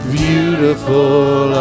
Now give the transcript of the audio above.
beautiful